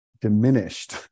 diminished